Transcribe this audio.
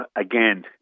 again